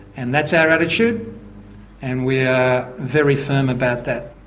and that's our attitude and we are very firm about that.